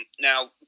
Now